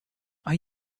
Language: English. are